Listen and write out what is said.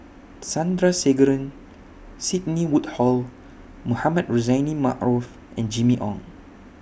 Sandrasegaran Sidney Woodhull Mohamed Rozani Maarof and Jimmy Ong